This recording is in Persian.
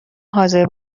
حاضر